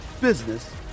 business